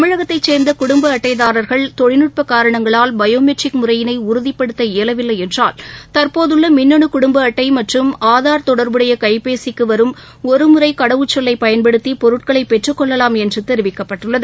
தமிழகத்தைசேர்ந்தகுடும்பஅட்டைதாரா்கள் தொழில்நுட்பகாரணங்களால் பயோமெட்ரிக் முறையினைஉறதிப்படுத்த இயலவில்லைஎன்றால் தற்போதுள்ளமின்னுகுடும்பஅட்டைமற்றம் தொடர்புடையகைபேசிக்குவரும் ஒருமுறைகடவுச்சொல்லைபயன்படுத்திபொருட்களைபெற்றுக்கொள்ளலாம் என்றுதெரிவிக்கப்பட்டுள்ளது